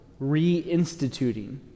reinstituting